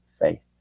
faith